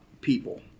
people